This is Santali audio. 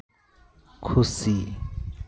ᱠᱷᱩᱥᱤ